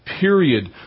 Period